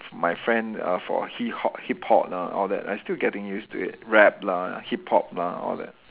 my friend uh for hip-hop hip-hop lah all that I still getting used to it rap lah hip-hop lah all that